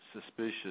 suspicious